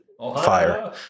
fire